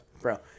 Bro